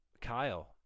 Kyle